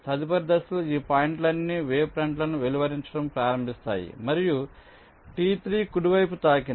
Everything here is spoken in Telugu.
తదుపరి దశలో ఈ పాయింట్లన్నీ వేవ్ ఫ్రంట్లను వెలువరించడం ప్రారంభిస్తాయి మరియు T 3 కుడివైపు తాకింది